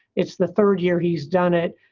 it's the third year he's done it.